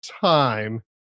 time